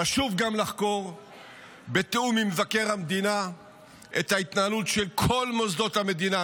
חשוב גם לחקור בתיאום עם מבקר המדינה את ההתנהלות של כל מוסדות המדינה,